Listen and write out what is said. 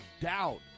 doubt